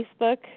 Facebook